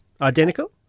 identical